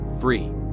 free